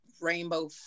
rainbow